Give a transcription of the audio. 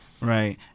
Right